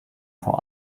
vor